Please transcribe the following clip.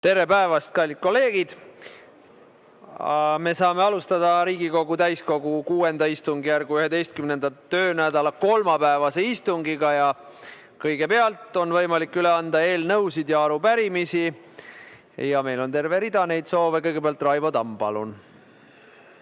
Tere päevast, kallid kolleegid! Me saame alustada Riigikogu täiskogu VI istungjärgu 11. töönädala kolmapäevast istungit. Kõigepealt on võimalik üle anda eelnõusid ja arupärimisi. Meil on terve rida neid soove. Raivo Tamm, palun!